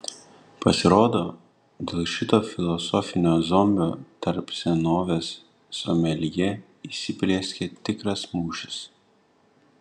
pasirodo dėl šito filosofinio zombio tarp senovės someljė įsiplieskė tikras mūšis